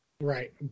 Right